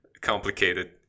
complicated